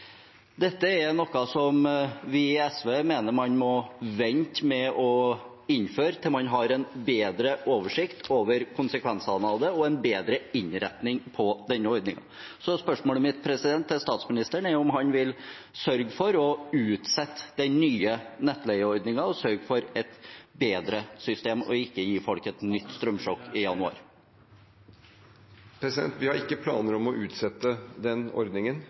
Dette er noe som vi i SV mener man må vente med å innføre til man har en bedre oversikt over konsekvensene av det, og en bedre innretning på den ordningen. Spørsmålet mitt til statsministeren er om han vil sørge for å utsette den nye nettleieordningen og sørge for et bedre system, og ikke gi folk et nytt strømsjokk i januar. Vi har ikke planer om å utsette den ordningen.